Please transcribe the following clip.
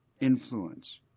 influence